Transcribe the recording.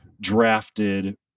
drafted